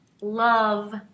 love